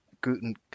Guten